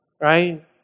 right